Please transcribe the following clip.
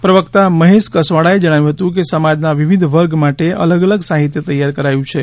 પ્રવકતા મહેશ કસવાળાએ જણાવ્યુ હતું કે સમાજના વિવિધ વર્ગ માટે અલગ અલગ સાહિત્ય તૈયાર કરાયું છે